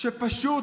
שפשוט